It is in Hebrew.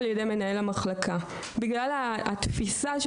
אם מנהל המחלקה מאשר רשימה של